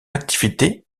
activité